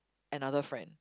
another friend